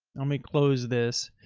let me close this.